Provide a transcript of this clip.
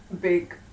big